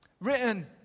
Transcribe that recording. written